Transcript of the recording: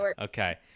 Okay